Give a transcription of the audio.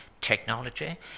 Technology